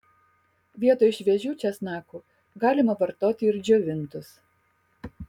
vietoj šviežių česnakų galima vartoti ir džiovintus